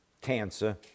cancer